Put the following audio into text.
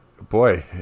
Boy